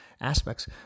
aspects